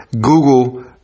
Google